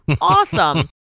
Awesome